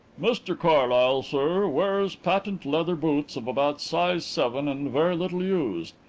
mr carlyle, sir, wears patent leather boots of about size seven and very little used.